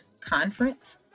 conference